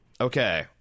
Okay